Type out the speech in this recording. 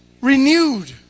Renewed